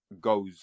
goes